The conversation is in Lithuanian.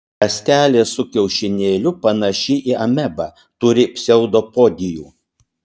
ląstelė su kiaušinėliu panaši į amebą turi pseudopodijų